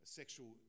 sexual